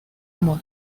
amor